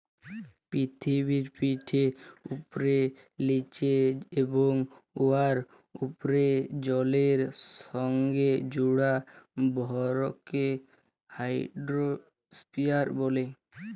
পিথিবীপিঠের উপ্রে, লিচে এবং উয়ার উপ্রে জলের সংগে জুড়া ভরকে হাইড্রইস্ফিয়ার ব্যলে